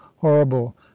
horrible